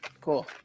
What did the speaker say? Cool